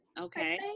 Okay